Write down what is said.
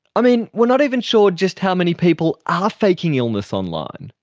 i mean, we're not even sure just how many people are faking illness online.